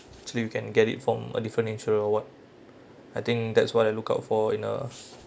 so you can get it from a different insurer [what] I think that's what I look out for in a